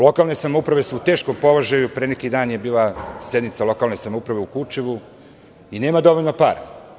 Lokalne samouprave su u teškom položaju i pre neki dan je bila sednica lokalne samouprave u Kučevu i nema dovoljno para.